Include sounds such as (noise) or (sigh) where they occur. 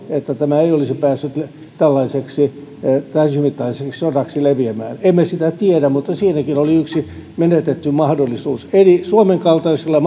että tämä ei olisi päässyt tällaiseksi täysimittaiseksi sodaksi leviämään emme sitä tiedä mutta siinäkin oli yksi menetetty mahdollisuus eli suomen kaltaisilla (unintelligible)